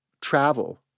travel